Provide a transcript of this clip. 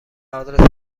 آدرس